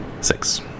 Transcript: Six